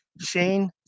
Shane